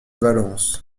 valence